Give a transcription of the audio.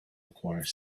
acquire